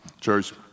church